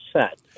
set